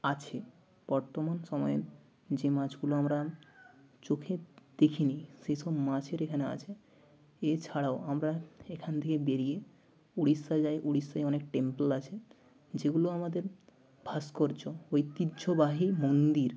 আছে বর্তমান সময় যে মাছগুলো আমরা চোখে দেখিনি সেইসব মাছের এখানে আছে এছাড়াও আমরা এখান থেকে বেরিয়ে উড়িষ্যা যাই উড়িষ্যায় অনেক টেম্পল আছে যেগুলো আমাদের ভাস্কর্য ঐতিহ্যবাহী মন্দির